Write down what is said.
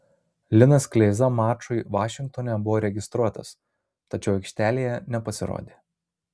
linas kleiza mačui vašingtone buvo registruotas tačiau aikštelėje nepasirodė